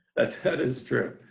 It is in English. that that is true.